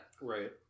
right